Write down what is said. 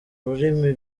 rurimi